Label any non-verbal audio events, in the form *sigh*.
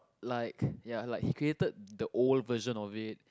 like *breath* ya like he created the old version of it